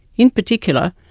in particular,